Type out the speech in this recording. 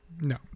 No